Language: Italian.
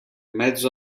mezzo